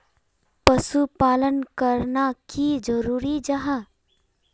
पशुपालन करना की जरूरी जाहा?